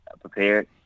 prepared